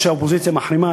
אף שהאופוזיציה מחרימה,